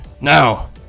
Now